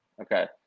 Okay